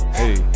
hey